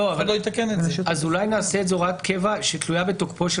אולי נעשה את זה הוראת קבע שתלויה בתוקפו של